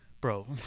Bro